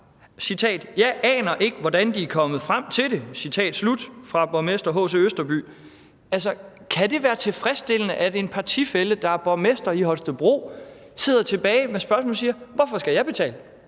det: »Jeg aner ikke, hvordan de er kommet frem til det.« Altså, kan det være tilfredsstillende, at en partifælle, der er borgmester i Holstebro, sidder tilbage med spørgsmål og siger: Hvorfor skal jeg betale?